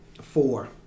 Four